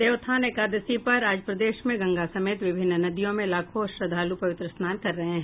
देवोत्थान एकादशी पर आज प्रदेश में गंगा समेत विभिन्न नदियों में लाखों श्रद्वालु पवित्र स्नान कर रहे हैं